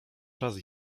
czas